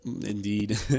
indeed